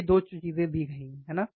ये 2 चीजें दी गई हैं है ना